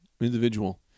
individual